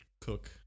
cook